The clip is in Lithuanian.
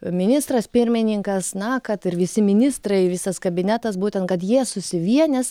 ministras pirmininkas na kad ir visi ministrai visas kabinetas būtent kad jie susivienys